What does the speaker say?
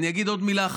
אני אגיד עוד מילה אחת,